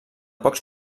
pocs